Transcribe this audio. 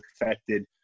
affected